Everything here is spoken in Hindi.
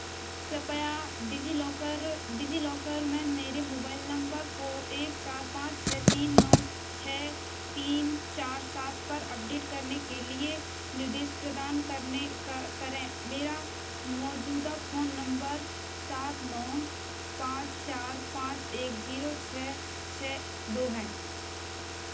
कृपया डिजिलॉकर डिजिलॉकर में मेरे मोबाइल नंबर को एक चार पाँच छः तीन नौ छः तीन चार सात पर अपडेट करने के लिए निर्देश प्रदान करने करें मेरा मौजूदा फोन नंबर सात नौ पाँच चार पाँच एक जीरो छः छः दो है